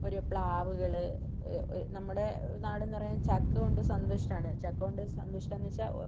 ഒരു പ്ലാവുകള് നമ്മുടെ നാടെന്ന് പറയുന്നത് ചക്കകൊണ്ട് സന്തുഷ്ടമാണ് ചക്കകൊണ്ട് സന്തുഷ്ടം എന്നുവച്ചാൽ